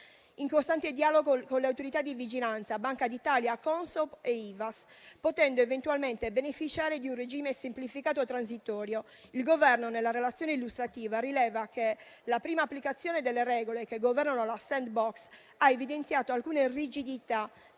in costante dialogo con le autorità di vigilanza (Banca d'Italia, Consob e Ivass), potendo attualmente beneficiare di un regime semplificato transitorio. Il Governo, nella relazione illustrativa, rileva che la prima applicazione delle regole che governano la *sandbox* ha evidenziato alcune rigidità